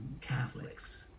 Catholics